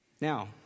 Now